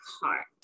heart